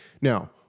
Now